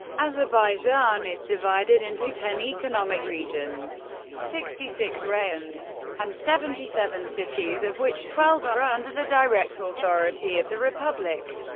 azerbaijan is divided into ten economic regions sixty six rayons and seventy seven cities of which twelve are under the direct authority of the republic.